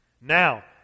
Now